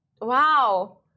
wow